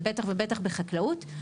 ובטח ובטח בחקלאות,